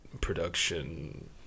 production